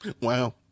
Wow